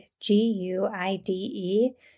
G-U-I-D-E